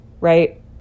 right